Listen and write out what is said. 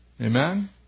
Amen